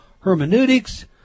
hermeneutics